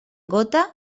gota